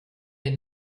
den